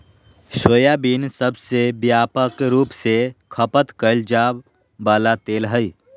soybean सबसे व्यापक रूप से खपत कइल जा वला तेल हइ